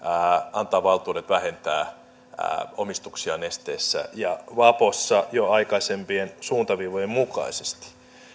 antaa valtuudet vähentää omistuksia nesteessä ja vapossa jo aikaisempien suuntaviivojen mukaisesti